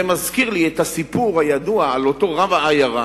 זה מזכיר לי את אותו הסיפור הידוע על אותו רב העיירה,